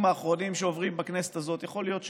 האחרונים שעוברים בכנסת הזאת יכול להיות שלא,